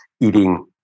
eating